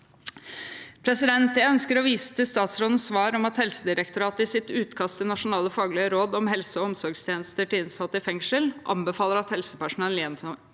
Jeg ønsker å vise til statsrådens svar om at Helsedirektoratet i sitt utkast til nasjonale faglige råd om helse- og omsorgstjenester til innsatte i fengsel anbefaler at helsepersonell